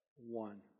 one